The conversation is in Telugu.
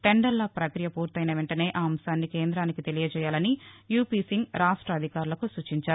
టెండర్ల ప్రపక్రియ పూర్తయిన వెంటనే ఆ అంశాన్ని కేంద్రానికి తెలియజేయాలని యూపీ సింగ్ రాష్ట అధికారులకు సూచించారు